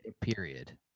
period